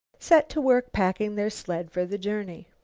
set to work packing their sled for the journey.